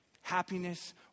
happiness